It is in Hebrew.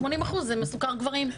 80% מסוקר גברים.